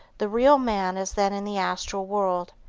the real man is then in the astral world.